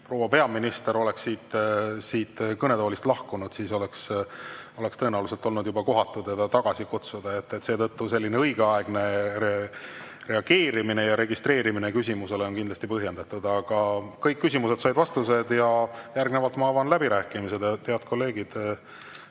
proua peaminister oleks siit kõnetoolist lahkunud, siis oleks tõenäoliselt olnud kohatu teda tagasi kutsuda. Seetõttu selline õigeaegne reageerimine ja registreerimine küsimuseks on kindlasti põhjendatud. Aga kõik küsimused said vastused ja järgnevalt ma avan läbirääkimised. Head kolleegid,